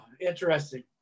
interesting